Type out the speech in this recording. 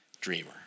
dreamer